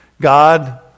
God